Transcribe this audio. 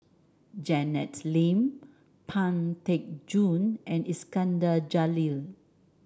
Janet Lim Pang Teck Joon and Iskandar Jalil